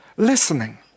Listening